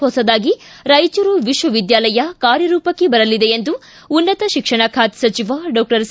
ಹೊಸದಾಗಿ ರಾಯಚೂರು ವಿಶ್ವವಿದ್ಯಾಲಯ ಕಾರ್ಯರೂಪಕ್ಕೆ ಬರಲಿದೆ ಎಂದು ಉನ್ನತ ಶಿಕ್ಷಣ ಖಾತೆ ಸಚಿವ ಡಾಕ್ಷರ್ ಸಿ